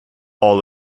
all